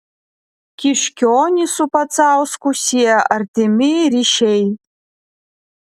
kiškionį su pacausku sieja artimi ryšiai